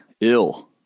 ill